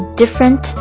different